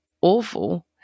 awful